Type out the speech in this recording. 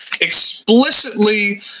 explicitly